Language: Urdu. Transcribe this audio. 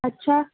اچھا